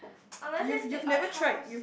unless it's the Art house